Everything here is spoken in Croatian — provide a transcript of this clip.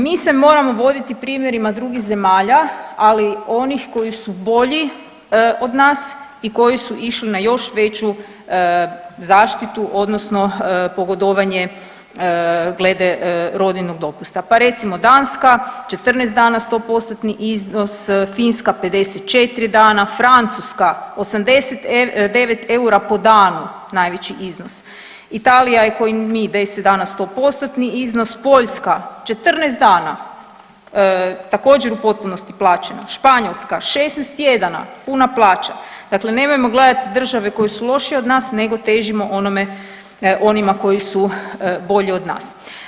Mi se moramo voditi primjerima drugih zemalja, ali onih koji su bolji od nas i koji su išli na još veću zaštitu odnosno pogodovanje glede rodiljnog dopusta, pa recimo Danska 14 dana 100%-tni iznos, Finska 54 dana, Francuska 89 eura po danu najveći iznos, Italija je ko i mi 10 dana 100%-tni iznos, Poljska 14 dana također u potpunosti plaćeno, Španjolska 16 tjedana puna plaća, dakle nemojmo gledati države koje su lošije od nas nego težimo onome, onima koji su bolji od nas.